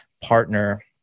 partner